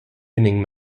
winning